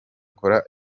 cola